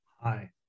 Hi